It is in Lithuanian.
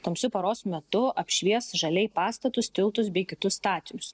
tamsiu paros metu apšvies žaliai pastatus tiltus bei kitus statinius